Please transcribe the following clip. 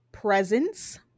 Presence